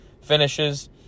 finishes